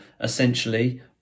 essentially